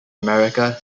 america